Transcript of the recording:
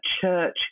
church